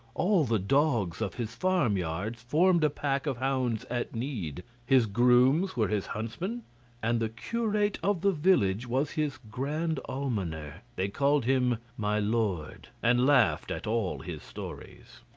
all the dogs of his farm-yards formed a pack of hounds at need his grooms were his huntsmen and the curate of the village was his grand almoner. they called him my lord, and laughed at all his stories.